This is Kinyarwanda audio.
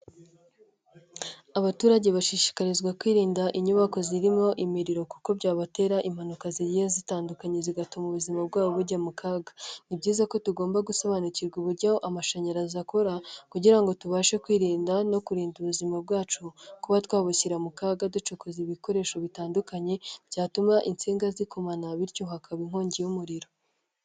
Abaturage bashishikarizwa kwirinda inyubako zirimo imiriro, kuko byabatera impanuka zigiye zitandukanye zigatuma ubuzima bwabo bujya mu kaga. Ni byiza ko tugomba gusobanukirwa uburyo amashanyarazi akora, kugira ngo tubashe kwirinda no kurinda ubuzima bwacu kuba twabushyira mu kaga, ducokoza ibikoresho bitandukanye byatuma insinga zikomana bityo hakaba inkongi y'umuriro.